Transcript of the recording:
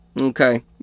Okay